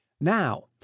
Now